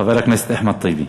חבר הכנסת אחמד טיבי.